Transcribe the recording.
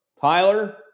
Tyler